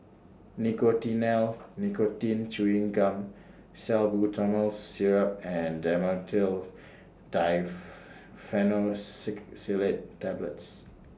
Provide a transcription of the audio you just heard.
Nicotinell Nicotine Chewing Gum Salbutamol Syrup and Dhamotil Tablets